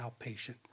outpatient